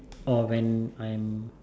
or when I'm